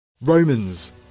Romans